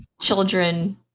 children